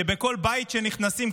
שבכל בית שנכנסים,